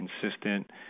consistent